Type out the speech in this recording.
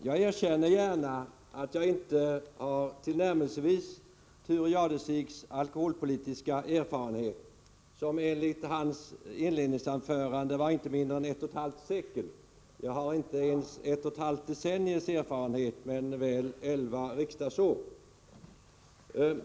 Herr talman! Jag erkänner gärna att jag inte har tillnärmelsevis Thure Jadestigs alkoholpolitiska erfarenhet, som enligt hans inledningsanförande sträckte sig över inte mindre än ett och ett halvt sekel. Jag har inte ens ett och ett halvt decenniums erfarenhet, men väl elva riksdagsårs.